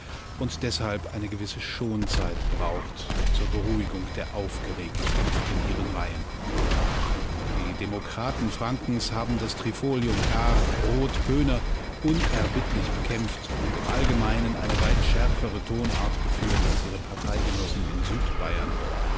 und deshalb eine gewisse schonzeit braucht zur beruhigung der aufgeregten in ihren reihen die demokraten frankens haben das trifolium kahr-roth-pöhner unerbittlich bekämpft und im allgemeinen eine weit schärfere tonart geführt als ihre parteigenossen in